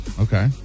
Okay